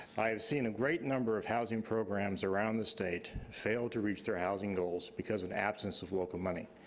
i have seen a great number of housing programs around the state fail to reach their housing goals because of absence of local money.